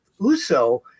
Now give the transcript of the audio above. uso